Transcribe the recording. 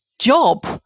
job